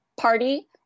party